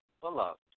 beloved